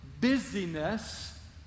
busyness